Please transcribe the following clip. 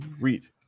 read